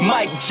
Mike